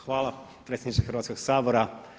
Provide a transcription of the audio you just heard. Hvala predsjedniče Hrvatskoga sabora.